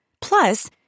Plus